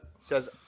Says